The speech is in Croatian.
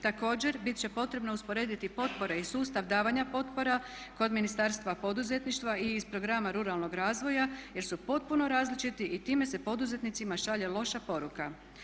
Također, bit će potrebno usporediti potpore i sustav davanja potpora kod Ministarstva poduzetništva i iz programa ruralnog razvoja, jer su potpuno različiti i time se poduzetnicima šalje loša poruka.